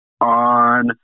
on